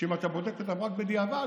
ואם אתה בודק אותם רק בדיעבד,